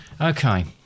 Okay